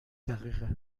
دقیقه